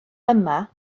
yma